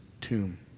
tomb